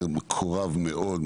הוא היה מקורב מאוד,